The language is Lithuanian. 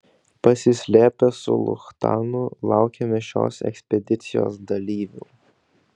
pasislėpę su luchtanu laukėme šios ekspedicijos dalyvių